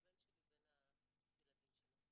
הבן שלי בין הילדים שנסעו.